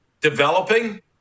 developing